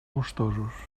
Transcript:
gustosos